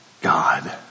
God